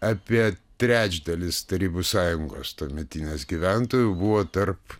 apie trečdalis tarybų sąjungos tuometinės gyventojų buvo tarp